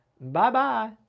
bye-bye